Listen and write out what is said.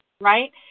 right